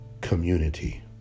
community